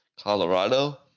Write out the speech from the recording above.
Colorado